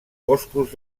boscos